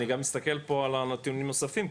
אני גם מסתכל פה על נתונים נוספים,